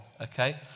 okay